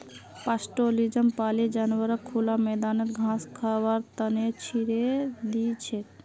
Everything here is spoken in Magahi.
पास्टोरैलिज्मत पाले जानवरक खुला मैदानत घास खबार त न छोरे दी छेक